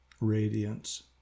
radiance